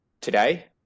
today